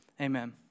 Amen